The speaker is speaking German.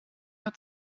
hat